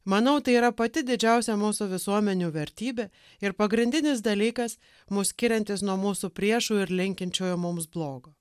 manau tai yra pati didžiausia mūsų visuomenių vertybė ir pagrindinis dalykas mus skiriantis nuo mūsų priešų ir linkinčiųjų mums blogo